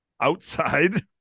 outside